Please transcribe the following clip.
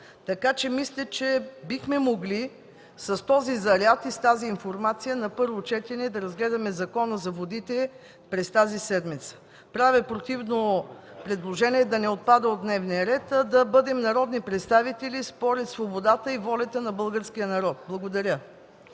зала. Мисля, че бихме могли с този заряд и с тази информация на първо четене да разгледаме Закона за водите през тази седмица. Правя противно предложение законопроектът да не отпада от дневния ред, а да бъдем народни представители според свободата и волята на българския народ. Благодаря.